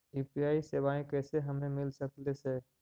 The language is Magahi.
यु.पी.आई सेवाएं कैसे हमें मिल सकले से?